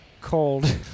cold